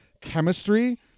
chemistry